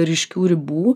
ryškių ribų